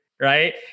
right